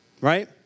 Right